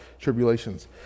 tribulations